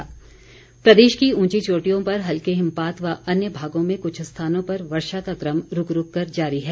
मौसम प्रदेश की ऊंची चोटियों पर हल्के हिमपात व अन्य भागों में कुछ स्थानों पर वर्षा का क्रम रूक रूक कर जारी है